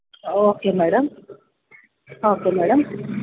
okay madam okay madam